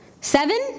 Seven